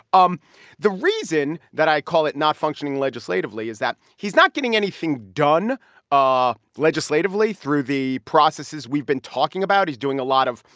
um the reason that i call it not functioning legislatively is that, he's not getting anything done ah legislatively through the processes we've been talking about. he's doing a lot of,